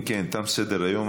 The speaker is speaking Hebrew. אם כן, תם סדר-היום.